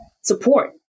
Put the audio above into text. support